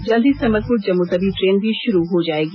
जल्द ही संबलपुर जम्मूतवी ट्रेन भी शुरू हो जाएगी